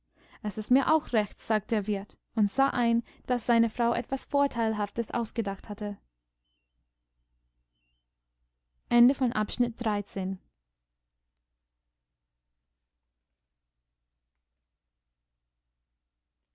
es ist mir auch recht sagte der wirt und sah ein daß seine frau etwas vorteilhaftes ausgedacht hatte